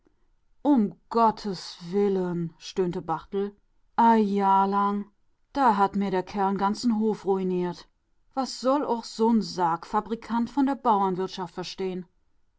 um gott's willen stöhnte barthel a jahr lang da hat mir der kerl n ganzen hof ruiniert was soll ooch so'n sargfabrikant von der bauernwirtschaft